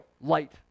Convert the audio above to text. light